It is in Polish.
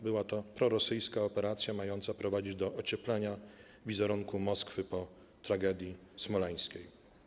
Była to prorosyjska operacja mająca prowadzić do ocieplenia wizerunku Moskwy po tragedii smoleńskiej.